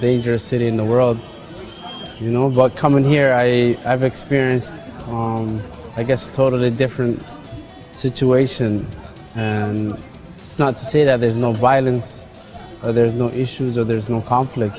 dangerous city in the world you know but coming here i have experienced on i guess totally different situation and it's not to say that there's no violence or there's no issues or there's no conflict